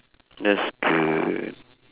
that's good